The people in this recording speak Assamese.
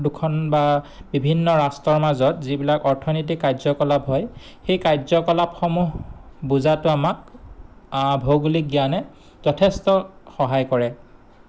দুখন বা বিভিন্ন ৰাষ্ট্ৰৰ মাজত যিবিলাক অৰ্থনীতিক কাৰ্যকলাপ হয় সেই কাৰ্যকলাপসমূহ বুজাটো আমাক ভৌগোলিক জ্ঞানে যথেষ্ট সহায় কৰে